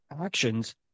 actions